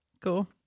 cool